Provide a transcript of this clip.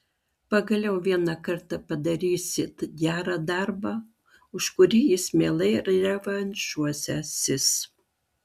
pagaliau vieną kartą padarysit gerą darbą už kurį jis mielai revanšuosiąsis